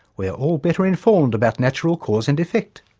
we are all better informed about natural cause and effect.